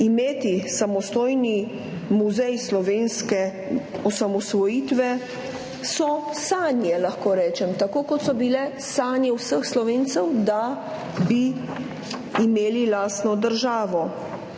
Imeti samostojni muzej slovenske osamosvojitve so sanje, lahko rečem, tako kot so bile sanje vseh Slovencev, da bi imeli lastno državo.